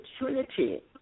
opportunity